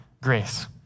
grace